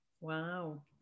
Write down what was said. Wow